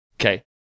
Okay